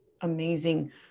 amazing